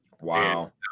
Wow